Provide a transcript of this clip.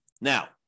Now